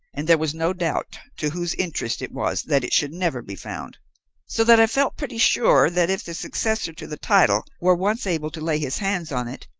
and there was no doubt to whose interest it was that it should never be found so that i felt pretty sure that, if the successor to the title were once able to lay his hands on it,